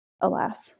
Alas